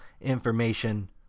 information